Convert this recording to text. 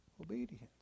obedience